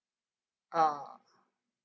ah